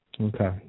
Okay